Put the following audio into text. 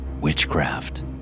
witchcraft